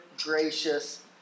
gracious